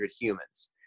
humans